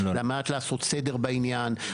לעשות סדר בעניין.